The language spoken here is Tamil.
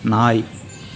நாய்